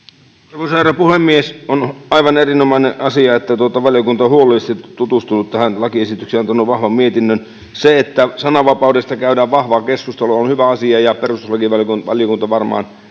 arvoisa herra puhemies on aivan erinomainen asia että valiokunta on huolellisesti tutustunut tähän lakiesitykseen ja antanut vahvan mietinnön se että sananvapaudesta käydään vahvaa keskustelua on hyvä asia ja perustuslakivaliokunta varmaan